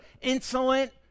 insolent